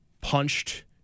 punched